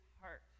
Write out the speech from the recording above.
heart